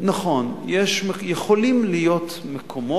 אמרת שיש שיקולים כן, נכון, יכולים להיות מקומות